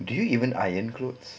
do you even iron clothes